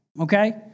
Okay